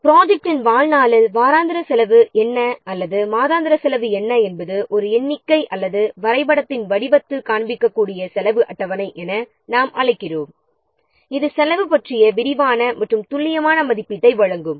எனவே ப்ராஜெக்ட்டினுடைய வாராந்திர செலவு என்ன அல்லது மாதாந்திர செலவு என்பதை குறிக்க ஒரு வரைபடம் வரைகிறோம் அதை செலவு அட்டவணை என நாம் அழைக்கிறோம் இது செலவு பற்றிய விரிவான மற்றும் துல்லியமான மதிப்பீட்டை வழங்கும்